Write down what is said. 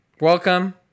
Welcome